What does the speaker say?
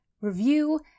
review